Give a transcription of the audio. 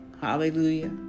Hallelujah